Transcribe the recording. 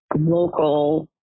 local